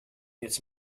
jetzt